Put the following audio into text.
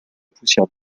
poussière